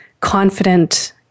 confident